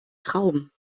traum